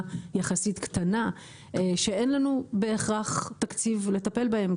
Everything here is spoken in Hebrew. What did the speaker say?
יחסית קטנה שאין לנו בהכרח תקציב לטפל בהם,